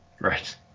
Right